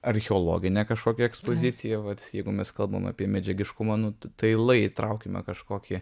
archeologinę kažkokią ekspoziciją vat jeigu mes kalbam apie medžiagiškumą nu lai traukime kažkokį